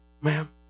ma'am